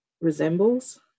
resembles